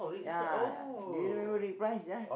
ya do you know everybody prize ya